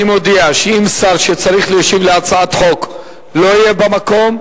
אני מודיע שאם שר שצריך להשיב על הצעת חוק לא יהיה במקום,